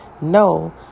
No